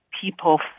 people